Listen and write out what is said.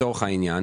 לצורך העניין,